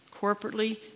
corporately